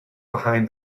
behind